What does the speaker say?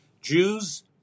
Jews